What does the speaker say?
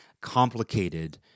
complicated